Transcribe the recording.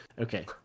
okay